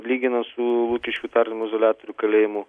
lyginant su lukiškių tardymo izoliatoriu kalėjimu